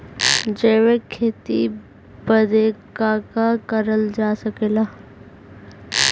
जैविक खेती बदे का का करल जा सकेला?